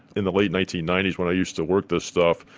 in the late nineteen ninety s when i used to work this stuff,